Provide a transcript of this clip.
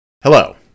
Hello